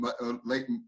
late